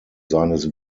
seines